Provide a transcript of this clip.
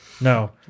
No